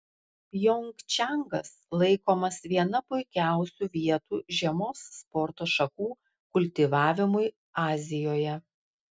pjongčangas laikomas viena puikiausių vietų žiemos sporto šakų kultivavimui azijoje